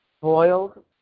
boiled